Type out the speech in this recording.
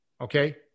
okay